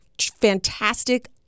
fantastic